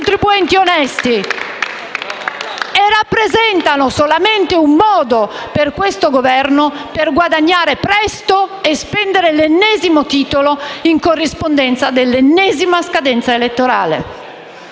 E rappresentano solamente un modo per questo Governo per guadagnare presto e spendere l'ennesimo titolo in corrispondenza dell'ennesima scadenza elettorale.